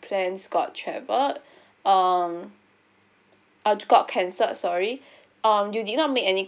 plans got travel um uh got cancelled sorry um you did not make any